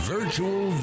Virtual